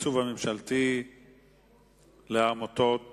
הממשלתי לעמותות הסיוע.